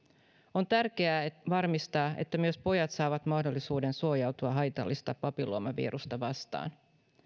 on tärkeää varmistaa että myös pojat saavat mahdollisuuden suojautua haitallista papilloomavirusta vastaan